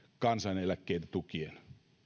kansaneläkkeitä tukien